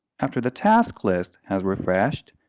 after the task list has refreshed,